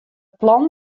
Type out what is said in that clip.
plan